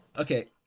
Okay